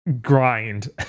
grind